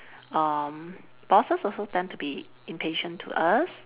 um bosses also tend to be impatient to us